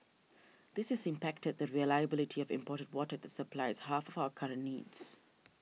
this has impacted the reliability of imported water that supplies half of our current needs